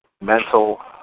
mental